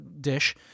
dish